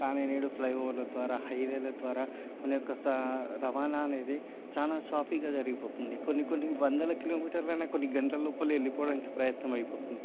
కానీ నేడు ఫ్లై ఓవర్ల ద్వారా హైవేల ద్వారా మన యొక్క సా రవాణా అనేది చానా సాఫీగా జరిగిపోతుంది కొన్ని కొన్ని వందల కిలోమీటర్ల అయినా కొన్ని గంటల లోపలే వెళ్ళిపోవడానికి ప్రయత్నం అయిపోతుంది